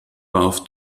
warf